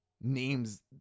names